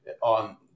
on